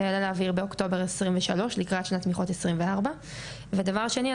זה יעלה לאוויר באוקטובר 2023 לקראת שנת תמיכות 2024. דבר שני,